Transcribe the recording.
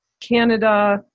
Canada